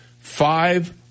five